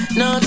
no